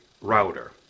router